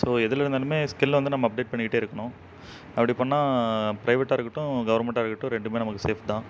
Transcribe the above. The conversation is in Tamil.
ஸோ எதில் இருந்தாலுமே ஸ்கிலில் வந்து நம் அப்டேட் பண்ணிக்கிட்டே இருக்கணும் அப்படி பண்ணால் ப்ரைவேட்டாக இருக்கட்டும் கவர்மெண்ட்டாக இருக்கட்டும் ரெண்டுமே நமக்கு சேஃப் தான்